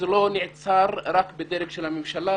זה לא נעצר רק בדרג של הממשלה,